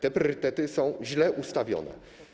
Te priorytety są źle ustawione.